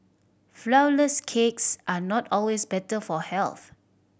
flourless cakes are not always better for health